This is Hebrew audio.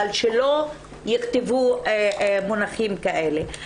אבל שלא יכתבו מונחים כאלה.